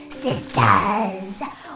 Sisters